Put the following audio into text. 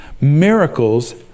Miracles